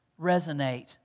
resonate